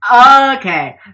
Okay